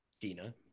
Dina